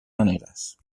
maneres